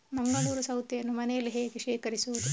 ಮಂಗಳೂರು ಸೌತೆಯನ್ನು ಮನೆಯಲ್ಲಿ ಹೇಗೆ ಶೇಖರಿಸುವುದು?